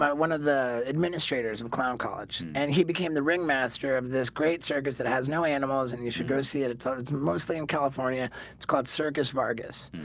but one of the administrators of clown college and he became the ringmaster of this great circus that has no animals, and he should go see it at photos mostly in california it's called circus vargas,